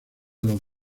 los